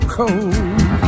cold